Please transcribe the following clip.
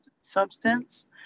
substance